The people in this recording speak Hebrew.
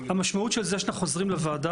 המשמעות של זה היא שאנחנו חוזרים לוועדה